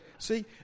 See